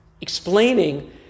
explaining